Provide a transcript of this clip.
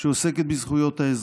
שעוסקת בזכויות האזרח.